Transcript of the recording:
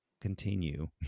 Continue